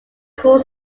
school